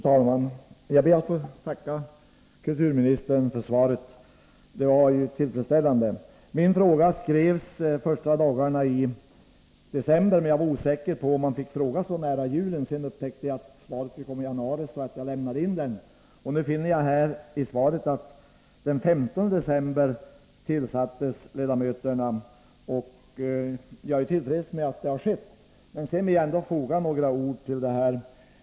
Fru talman! Jag ber att få tacka kulturministern för svaret. Det var ett tillfredsställande svar. Min fråga skrev jag någon av de första dagarna i december. Först visste jag inte riktigt om man kunde avlämna en fråga så nära julen. Men senare upptäckte jag att svaret skulle ges i januari, och då lämnade jag in min fråga. Av svaret i dag får jag veta att ledamöterna i riksarkivets heraldiska nämnd förordnades den 15 december. Jag är till freds med att så har skett. Jag vill ändå säga ytterligare några ord i detta sammanhang.